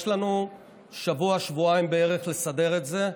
יש לנו בערך שבוע-שבועיים לסדר את זה,